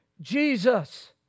Jesus